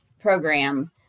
program